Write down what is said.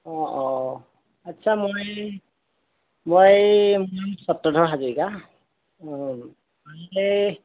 অঁ অঁ আচ্ছা মই মই সত্ৰধৰ হাজৰিকা অঁ এই